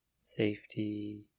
safety